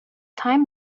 time